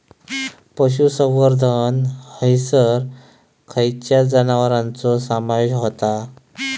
पशुसंवर्धन हैसर खैयच्या जनावरांचो समावेश व्हता?